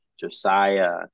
Josiah